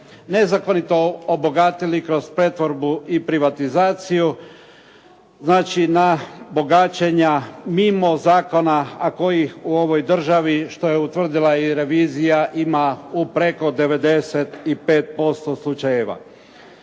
nezakonito obogatili kroz pretvorbu i privatizaciju, znači na bogaćenja mimo zakona a kojih u ovoj državi što je utvrdila i revizija ima u preko 95% slučajeva.